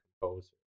composer